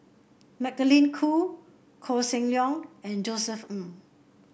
Magdalene Khoo Koh Seng Leong and Josef Ng